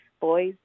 boys